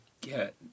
get